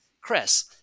Chris